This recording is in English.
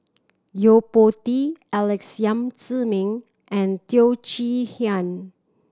Yo Po Tee Alex Yam Ziming and Teo Chee Hean